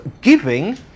giving